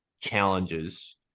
challenges